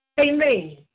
Amen